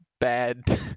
bad